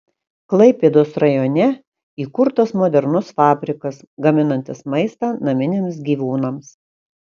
klaipėdos rajone įkurtas modernus fabrikas gaminantis maistą naminiams gyvūnams